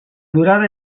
durada